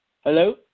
Hello